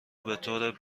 بطور